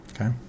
okay